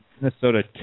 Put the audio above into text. Minnesota